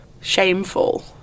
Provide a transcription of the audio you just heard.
shameful